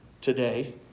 today